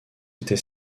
était